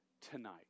tonight